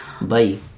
Bye